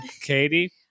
Katie